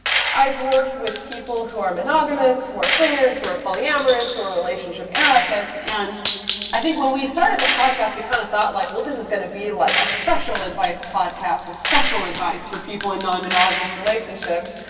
i have worked with people who are monogamous, who are swingers, who are polyamorists, who are relationship anarchists. and i think when we started the podcast, we kind of thought, like well, this is going to be like a special advice podcast with special advice for people in non-monogamous relationships.